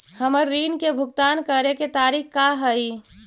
हमर ऋण के भुगतान करे के तारीख का हई?